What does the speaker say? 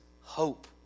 hope